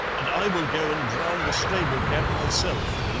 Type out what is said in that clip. and i will go and drown the stable cat myself.